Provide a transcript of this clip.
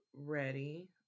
Ready